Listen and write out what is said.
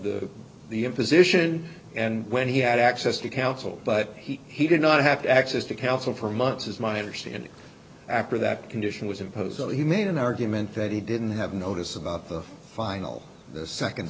the the position and when he had access to counsel but he he did not have to access to counsel for months is my understanding after that condition was imposed that he made an argument that he didn't have notice about the final second